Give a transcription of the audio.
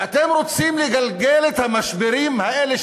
ואתם רוצים לגלגל את המשברים האלה,